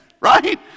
right